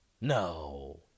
No